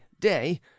day